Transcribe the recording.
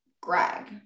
Greg